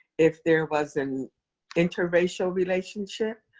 if there was an interracial relationship,